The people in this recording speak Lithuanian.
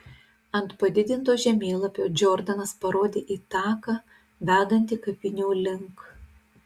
ant padidinto žemėlapio džordanas parodė į taką vedantį kapinių link